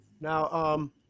Now